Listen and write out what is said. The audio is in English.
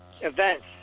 events